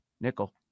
nickel